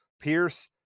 Pierce